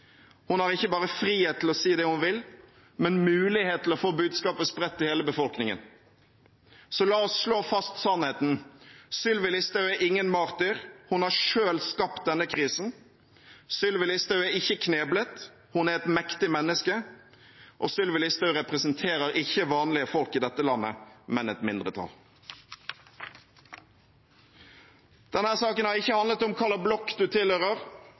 Hun har ikke bare frihet til å si det hun vil, men mulighet til å få budskapet spredt til hele befolkningen. Så la oss slå fast sannheten: Sylvi Listhaug er ingen martyr; hun har selv skapt denne krisen. Sylvi Listhaug er ikke kneblet; hun er et mektig menneske. Sylvi Listhaug representerer ikke vanlige folk i dette landet, men et mindretall. Denne saken har ikke handlet om hvilken blokk man tilhører,